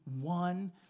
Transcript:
one